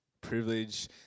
privilege